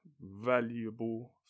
valuable